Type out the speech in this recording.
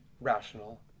rational